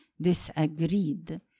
disagreed